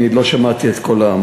אני לא שמעתי את קולם.